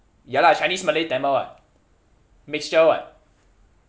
ya lah chinese malay tamil [what] mixture [what]